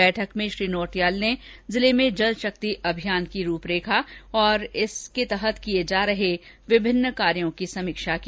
बैठक में श्री नौटियाल ने जिले में जल शक्ति अभियान की रूपरेखा और इस पर किए जा रहे विभिन्न कार्यों की समीक्षा की